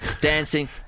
dancing